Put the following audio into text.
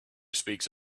speaks